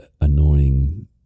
annoying